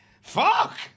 Fuck